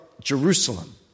Jerusalem